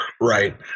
Right